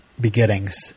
beginnings